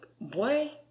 boy